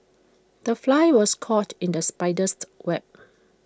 the fly was caught in the spider's web